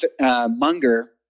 Munger